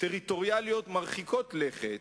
טריטוריאליות מרחיקות לכת,